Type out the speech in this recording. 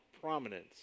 prominence